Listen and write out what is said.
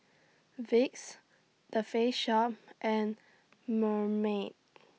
Vicks The Face Shop and Marmite